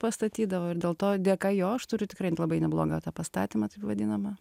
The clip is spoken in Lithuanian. pastatydavo ir dėl to dėka jo aš turiu tikrai labai neblogą tą pastatymą taip vadinamą